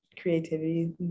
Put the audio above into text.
creativity